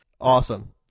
Awesome